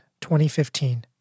2015